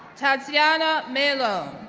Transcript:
tatsiana mello,